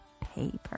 paper